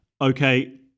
okay